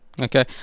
Okay